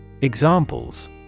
Examples